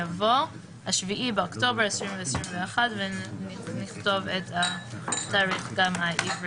יבוא "7 באוקטובר 2021)"" ונכתוב גם את התאריך העברי.